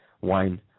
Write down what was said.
wine